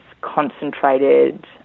concentrated